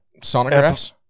sonographs